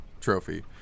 Trophy